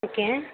okay